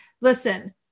listen